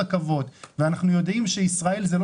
גורם לאנשים להחליף רכבות,